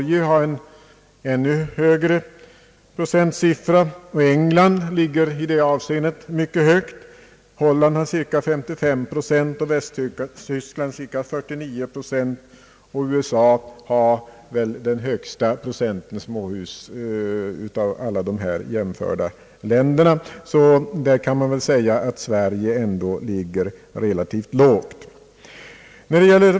Norge har en ännu högre siffra, och England ligger mycket högt. Holland har cirka 55 procent, Västtyskland cirka 49, och USA har väl den högsta procenten småhusbyggande av alla dessa jämförbara länder. Därför kan man påstå att Sverige ligger relativt lågt i detta hänseende.